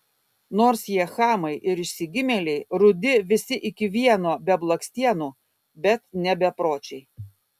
nors jie chamai ir išsigimėliai rudi visi iki vieno be blakstienų bet ne bepročiai